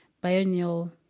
biennial